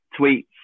tweets